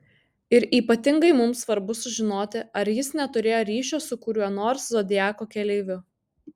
ir ypatingai mums svarbu sužinoti ar jis neturėjo ryšio su kuriuo nors zodiako keleiviu